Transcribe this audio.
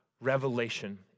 revelation